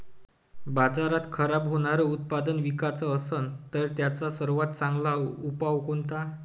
बाजारात खराब होनारं उत्पादन विकाच असन तर त्याचा सर्वात चांगला उपाव कोनता?